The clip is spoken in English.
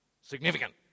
Significant